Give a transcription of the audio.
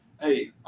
hey